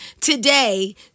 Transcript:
today